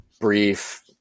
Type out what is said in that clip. brief